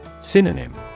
Synonym